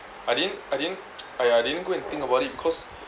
I didn't I didn't !aiya! I didn't go and think about it cause